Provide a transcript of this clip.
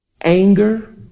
Anger